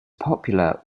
popular